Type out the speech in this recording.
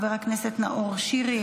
חבר הכנסת נאור שירי,